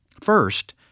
First